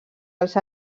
els